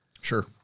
Sure